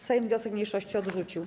Sejm wniosek mniejszości odrzucił.